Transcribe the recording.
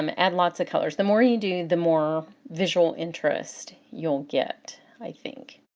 um add lots of colors the more you do, the more visual interest you'll get, i think.